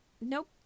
nope